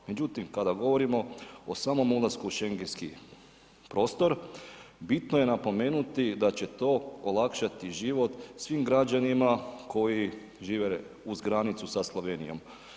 Međutim, kada govorimo o samom ulasku u Schengenski prostor bitno je napomenuti da će to olakšati život svim građanima koji žive uz granicu sa Slovenijom.